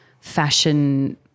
fashion